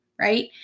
right